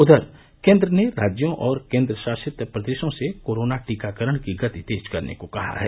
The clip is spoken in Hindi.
उधर केन्द्र ने राज्यों और केन्द्र शासित प्रदेशों से कोरोना टीकाकरण की गति तेज करने को कहा है